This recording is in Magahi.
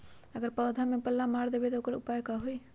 अगर पौधा में पल्ला मार देबे त औकर उपाय का होई?